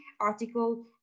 Article